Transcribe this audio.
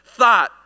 thought